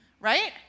right